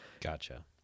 Gotcha